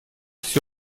все